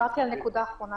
דיברתי על הנקודה האחרונה.